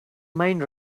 mind